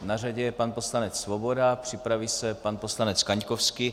Na řadě je pan poslanec Svoboda, připraví se pan poslanec Kaňkovský.